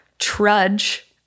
Trudge